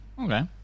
okay